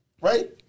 right